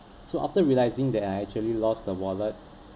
so after realising that I actually lost the wallet